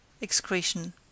excretion